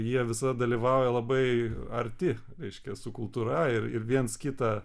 jie visada dalyvauja labai arti reiškia su kultūra ir ir viens kitą